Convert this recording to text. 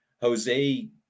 jose